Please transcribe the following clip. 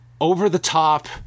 over-the-top